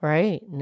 Right